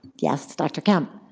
yes, dr. kempe?